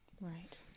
Right